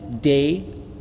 day